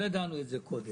לא ידענו את זה קודם,